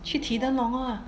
去提灯笼 ah